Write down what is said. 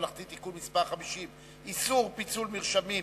ממלכתי (תיקון מס' 50) (איסור פיצול מרשמים),